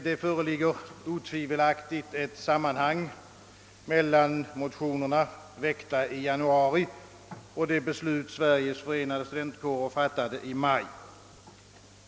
Det föreligger otvivelaktigt ett samband mellan motionerna, väckta i januari i år, och det beslut som Sveriges förenade studentkårer fattade i maj.